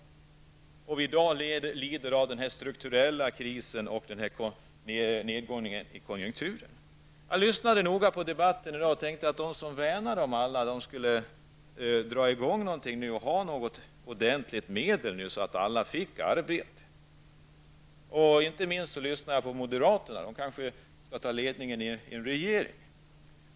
Vi lider därför i dag av en strukturell kris och av en nedgång i konjunkturen. Jag lyssnade noga på den tidigare debatten, och jag förväntade mig att de som värnar om alla skulle föreslå något ordentligt medel, så att alla kan få arbete. Jag lyssnade inte minst på företrädarna för moderaterna, som kanske kommer att ta ledningen i en kommande regering.